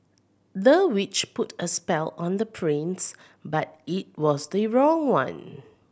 the witch put a spell on the prince but it was the wrong one